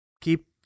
Keep